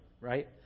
right